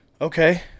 Okay